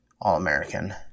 All-American